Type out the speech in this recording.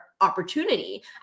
opportunity